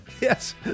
Yes